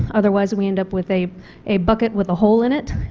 otherwise we end up with a a bucket with a hole in it.